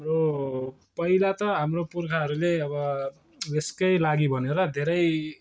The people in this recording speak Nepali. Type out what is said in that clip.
हाम्रो पहिला त हाम्रो पुर्खाहरूले अब यसकै लागि भनेर धेरै